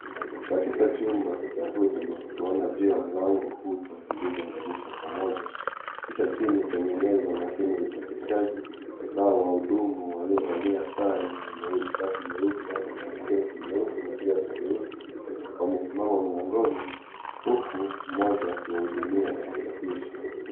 Katika chumba cha huduma tunaona juu ya mlango puta zilizounganishwa pamoja kisha chini kwenye meza mashine ya uchapishaji nao wahudumu waliovalia sare yenye shati nyeupe na sketi nyeusi na viatu nyeusi wamesimama mlangoni huku mmoja akihudumia na kuchapisha.